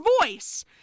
voice